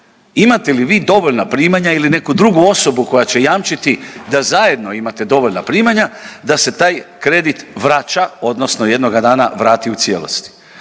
imate li vi dovoljna primanja ili neku drugu osobu koja će jamčiti da zajedno imate dovoljna primanja da se taj kredit vraća odnosno jednoga dana vrati u cijelosti.